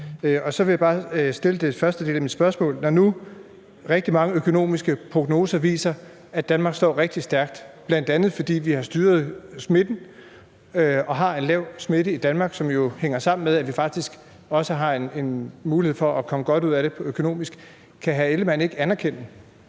mange økonomiske prognoser viser, at Danmark står rigtig stærkt, bl.a. fordi vi har styret smitten og har en lav smitte, som jo hænger sammen med, at vi faktisk også har en mulighed for at komme godt ud af det økonomisk, kan hr. Jakob Ellemann-Jensen